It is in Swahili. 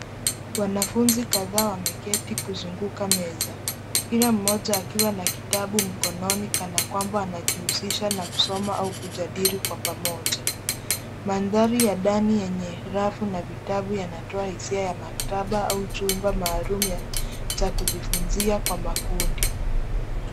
Wanafunzi kadhaa wameketi kuzunguka meza, kila mmoja akiwa na kitabu mkononi kana kwamba anajihusisha na kusoma au kujadili kwa pamoja.. Mandhari ya ndani yenye rafu na vitabu yanatoa hisia ya maktaba au chumba maalum cha kujifunzia kwa makundi.